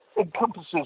encompasses